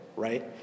Right